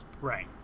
Right